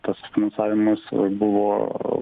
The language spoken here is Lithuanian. tas finansavimas buvo